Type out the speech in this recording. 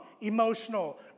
emotional